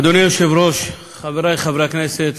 אדוני היושב-ראש, חברי חברי הכנסת,